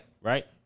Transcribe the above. Right